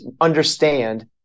understand –